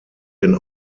den